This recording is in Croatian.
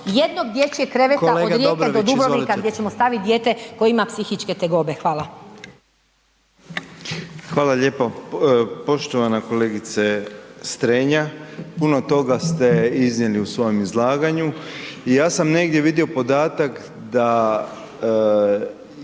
Dobrović izvolite/… od Rijeka do Dubrovnika gdje ćemo stavit dijete koje ima psihičke tegobe. Hvala. **Dobrović, Slaven (MOST)** Hvala lijepo. Poštovana kolegice Strenja, puno toga ste iznijeli u svom izlaganju i ja sam negdje vidio podatak da